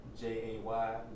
J-A-Y